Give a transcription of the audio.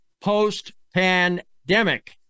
post-pandemic